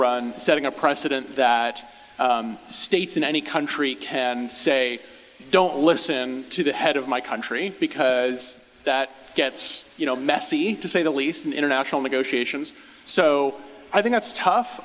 run setting a precedent that states in any country can say don't listen to the head of my country because that gets messy to say the least in international negotiations so i think it's tough